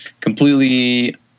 completely